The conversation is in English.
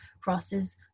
crosses